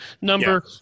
number